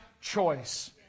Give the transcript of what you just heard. choice